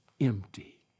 empty